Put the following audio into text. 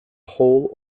whole